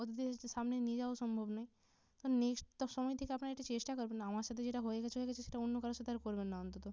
অতিথিদের সামনে নিয়ে যাওয়াও সম্ভব নয় তো নেক্সট সময় থেকে আপনারা এটা চেষ্টা করবেন আমার সাথে যেটা হয়ে গেছে হয়ে গেছে সেটা অন্য কারোর সাথে আর করবেন না অন্তত